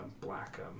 black